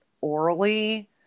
orally